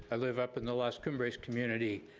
i live up in the los cumbres community,